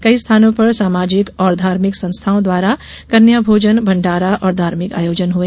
कई स्थानों पर सामाजिक और धार्मिक संस्थाओं द्वारा कन्या भोजन भंडारा और धार्मिक आयोजन हुए